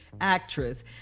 actress